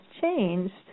changed